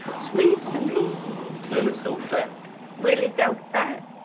sweets and eats willie's so fat willie's so fat